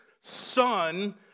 son